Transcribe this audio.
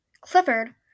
Clifford